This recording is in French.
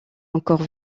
encore